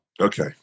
Okay